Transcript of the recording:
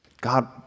God